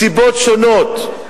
מסיבות שונות,